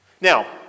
Now